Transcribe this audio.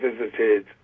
visited